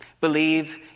Believe